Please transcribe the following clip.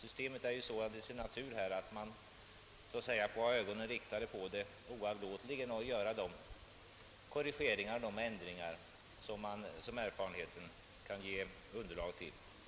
Systemet är ju till sin natur sådant att man oavlåtligen måste ha ögonen på det och göra de korrigeringar och ändringar som erfarenheten kan ge underlag för. Herr talman!